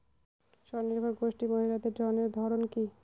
স্বনির্ভর গোষ্ঠীর মহিলাদের ঋণের ধরন কি?